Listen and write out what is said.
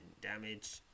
damage